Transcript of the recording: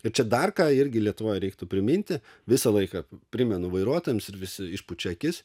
ir čia dar ką irgi lietuvoj reiktų priminti visą laiką primenu vairuotojams ir visi išpučia akis